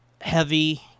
heavy